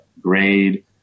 grade